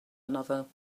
another